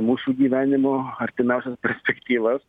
mūsų gyvenimo artimiausias perspektyvas